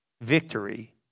victory